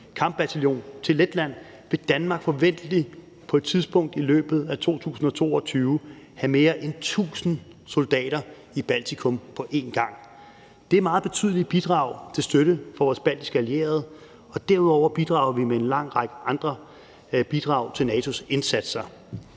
kampbataljon til Letland vil Danmark forventeligt på et tidspunkt i løbet af 2022 have mere end 1.000 soldater i Baltikum på en gang. Det er et meget betydeligt bidrag til støtte for vores baltiske allierede, og derudover bidrager vi med en lang række andre bidrag til NATO's indsatser.